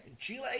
Chile